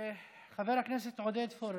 חבר הכנסת עודד פורר,